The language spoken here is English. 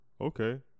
okay